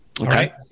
Okay